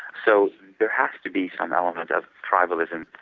so there has to be some element of tribalism.